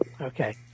okay